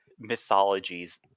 mythologies